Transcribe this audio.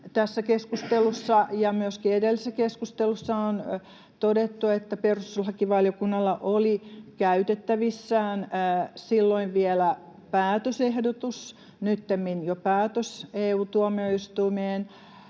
tässä keskustelussa ja myöskin edellisessä keskustelussa on todettu, että perustuslakivaliokunnalla oli käytettävissään EU-tuomioistuimen silloin vielä päätösehdotus, nyttemmin jo päätös.